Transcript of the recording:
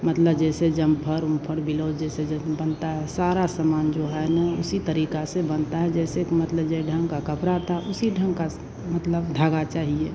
मतलब जैसे जम्फर उम्फर बिलौज जैसे जैसे बनता है सारा सामान जो है ना उसी तरीक़े से बनता है जैसे कि मतलब जै ढंग का कपड़ा आता उसी ढंग का स मतलब धागा चाहिए